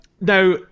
now